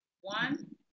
One